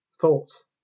Thoughts